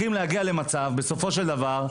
בסופו של דבר,